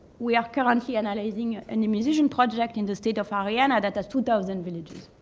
we are currently analyzing an immunization project in the state of ariana that has two thousand villages,